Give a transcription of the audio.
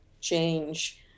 change